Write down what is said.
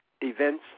events